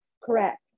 Correct